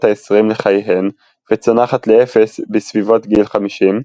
העשרים לחייהן וצונחת לאפס בסביבות גיל חמישים,